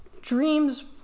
Dream's